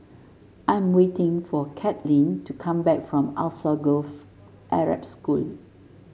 I am waiting for Cathleen to come back from Alsagoff Arab School